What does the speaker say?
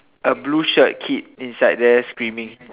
A blue shirt kid inside there screaming